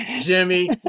Jimmy